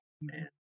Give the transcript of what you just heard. Man